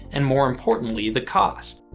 and more importantly, the cost.